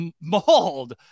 mauled